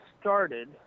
started